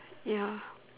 ya